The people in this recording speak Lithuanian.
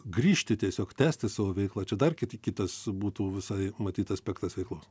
grįžti tiesiog tęsti savo veiklą čia dar kiti kitas būtų visai matyt aspektas veiklos